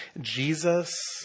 Jesus